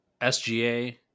SGA